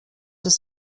ist